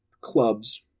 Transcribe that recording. clubs